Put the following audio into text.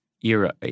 era